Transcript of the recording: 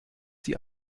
sie